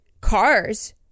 cars